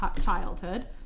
childhood